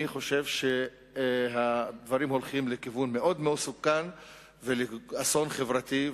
אני חושב שהדברים הולכים לכיוון מאוד מסוכן ולאסון חברתי.